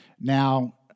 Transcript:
Now